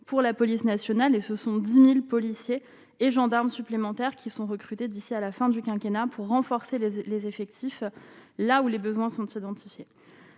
pour la police nationale et ce sont 10000 policiers et gendarmes supplémentaires qui sont recrutés d'ici à la fin du quinquennat pour renforcer les effectifs là où les besoins sont de se